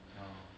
ya